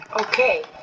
Okay